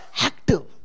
active